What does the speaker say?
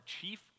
chief